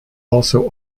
also